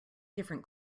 different